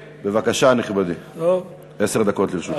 בבקשה, נכבדי, עשר דקות לרשותך.